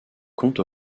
compte